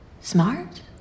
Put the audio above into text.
smart